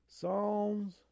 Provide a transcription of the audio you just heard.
Psalms